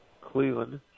Cleveland